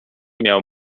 miał